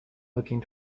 looking